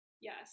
yes